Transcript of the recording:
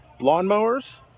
lawnmowers